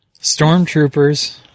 Stormtroopers